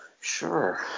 Sure